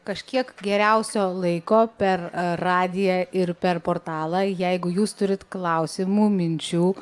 kažkiek geriausio laiko per radiją ir per portalą jeigu jūs turit klausimų minčių